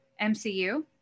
MCU